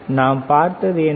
எனவே நாம் பார்த்தது என்ன